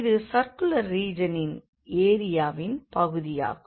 இது சர்க்குலர் ரீஜனின் ஏரியாவின் பகுதியாகும்